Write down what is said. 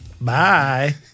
Bye